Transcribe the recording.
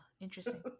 interesting